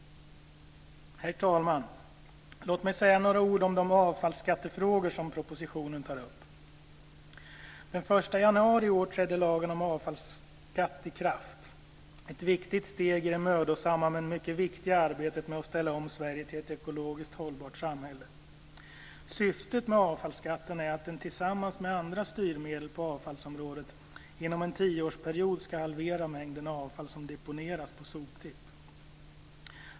Herr talman! Låt mig säga några ord om de avfallsskattefrågor som propositionen tar upp. Den 1 januari i år trädde lagen om avfallsskatt i kraft - ett viktigt steg i det mödosamma men mycket viktiga arbetet med att ställa om Sverige till ett ekologiskt hållbart samhälle. Syftet med avfallsskatten är att den tillsammans med andra styrmedel på avfallsområdet inom en tioårsperiod ska halvera mängden avfall som deponeras på soptipp.